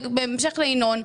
בהמשך לינון,